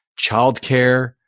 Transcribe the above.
childcare